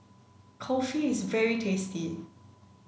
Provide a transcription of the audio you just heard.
Kulfi is very tasty